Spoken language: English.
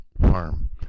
harm